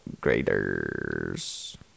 graders